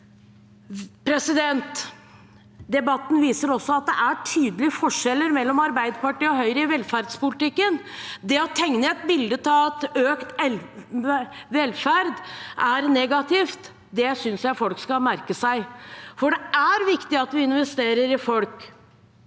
på det. Debatten viser også at det er tydelige forskjeller mellom Arbeiderpartiet og Høyre i velferdspolitikken. Det at man tegner et bilde av at økt velferd er negativt, synes jeg folk skal merke seg. Det er viktig å investere i folk.